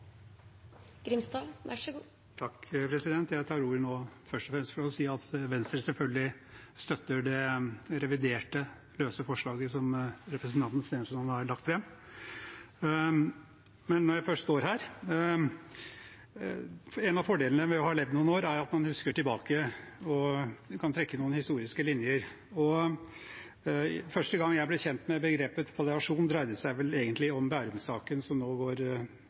fremst for å si at Venstre selvfølgelig støtter det reviderte løse forslaget som representanten Stensland har lagt fram. Men når jeg først står her: En av fordelene ved å ha levd noen år er at man husker tilbake og kan trekke noen historiske linjer. Første gang jeg ble kjent med begrepet «palliasjon», dreide det seg vel egentlig om Bærum-saken, som nå går